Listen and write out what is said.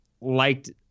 Liked